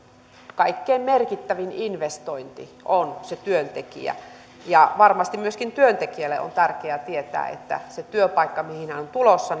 kaikkein merkittävin investointi on se työntekijä varmasti myöskin työntekijälle on tärkeää tietää että se työpaikka ja se työtehtävä mihin hän on tulossa